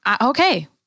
okay